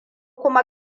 kuma